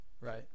Right